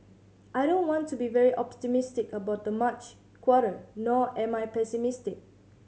I don't want to be very optimistic about the March quarter nor am I pessimistic